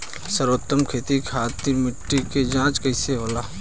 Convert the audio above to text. सर्वोत्तम खेती खातिर मिट्टी के जाँच कइसे होला?